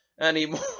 anymore